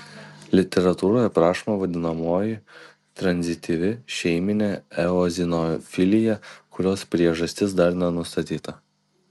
literatūroje aprašoma vadinamoji tranzityvi šeiminė eozinofilija kurios priežastis dar nenustatyta